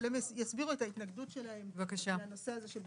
אבל הם יסבירו את ההתנגדות שלהם לנושא הזה.